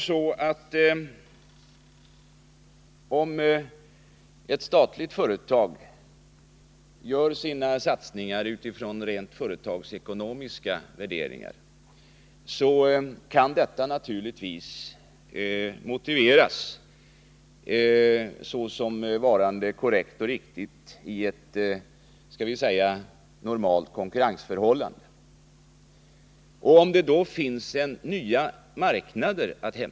Om ett statligt företag gör sina satsningar utifrån rent företagsekonomiska värderingar, kan ett sådant projekt naturligtvis anses vara försvarbart i ett läge där normala konkurrensförhållanden råder och där det finns nya marknader att erövra.